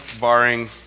barring